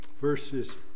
verses